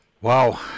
Wow